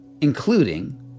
including